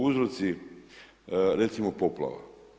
Uzroci, recimo poplava.